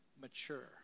mature